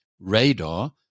radar